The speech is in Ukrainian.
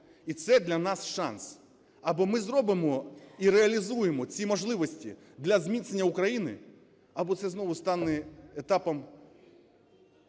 і це для нас шанс: або ми зробимо і реалізуємо ці можливості для зміцнення України, або це знову стане етапом